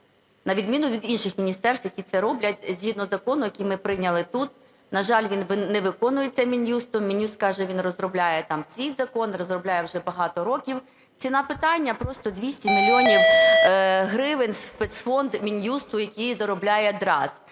на відміну від інших міністерств, які це роблять згідно закону, який ми прийняли тут. На жаль, він не виконується Мін'юстом. Мін'юст каже, він розробляє свій закон, розробляє вже багато років. Ціна питання: просто 200 мільйонів гривень в спецфонд Мін'юсту, який заробляє ДРАЦС.